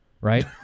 Right